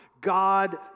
God